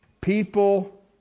People